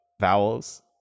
vowels